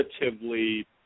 relatively